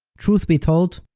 truth be told,